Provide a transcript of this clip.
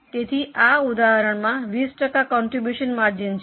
તેથી આ ઉદાહરણમાં 20 ટકા કોન્ટ્રીબ્યુશન માર્જિન છે